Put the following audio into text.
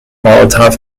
molotov